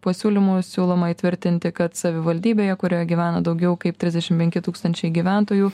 pasiūlymų siūloma įtvirtinti kad savivaldybėje kurioje gyvena daugiau kaip trisdešim penki tūkstančiai gyventojų